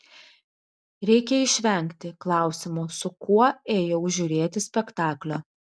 reikia išvengti klausimo su kuo ėjau žiūrėti spektaklio